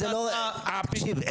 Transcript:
תקשיב,